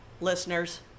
listeners